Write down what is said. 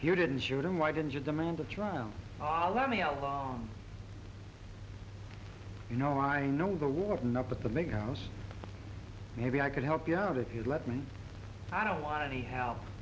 you didn't shoot him why didn't you demand a trial i'll let me alone you know i know the warden up at the big house maybe i could help you out if you'd let me i don't want any help